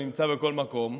הוא נמצא בכל מקום,